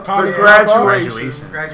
congratulations